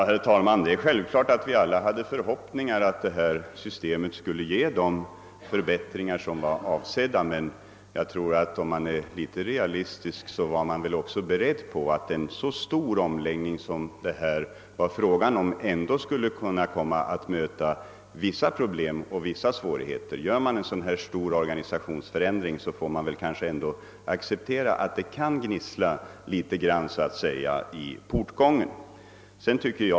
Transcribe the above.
Herr talman! Vi hyste naturligtvis alla förhoppningen att det nya systemet skulle ge de avsedda förbättringarna. Den som är litet realistisk var väl dock beredd på att en så stor omläggning som det här var fråga om skulle komma att möta vissa problem och svårigheter. Genomför man en så omfattande organisationsförändring får man acceptera att föret kan vara litet trögt i portgången.